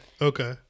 Okay